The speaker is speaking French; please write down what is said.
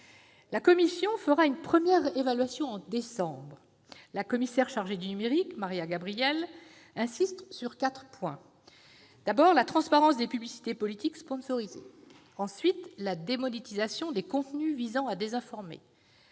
La Commission réalisera une première évaluation en décembre. La commissaire pour l'économie et la société numériques, Mariya Gabriel, insiste sur quatre points : la transparence des publicités politiques sponsorisées, la démonétisation des contenus visant à désinformer,